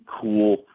cool